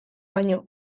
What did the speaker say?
baino